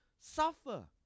suffer